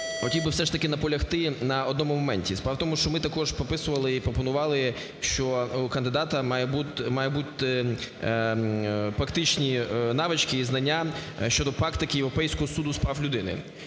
хотів би все ж таки наполягти на одному моменті. Справа в тому, що ми також прописували і пропонували, що у кандидата мають бути фактичні навички і знання щодо практики Європейського суду з прав людини.